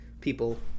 people